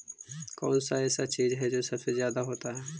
कौन सा ऐसा चीज है जो सबसे ज्यादा होता है?